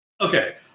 Okay